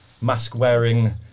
mask-wearing